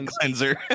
cleanser